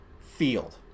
field